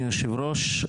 תודה רבה, אדוני יושב הראש.